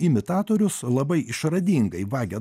imitatorius labai išradingai vagia